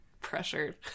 pressured